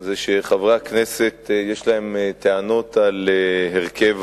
זה שחברי הכנסת יש להם טענות על הרכב